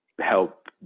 help